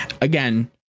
again